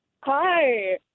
Hi